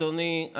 אדוני,